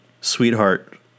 sweetheart